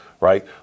Right